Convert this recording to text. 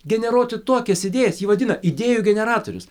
generuoti tokias idėjas jį vadina idėjų generatorius